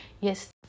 Yes